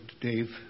Dave